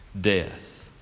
death